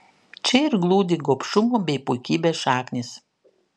čia ir glūdi gobšumo bei puikybės šaknys